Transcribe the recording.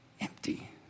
empty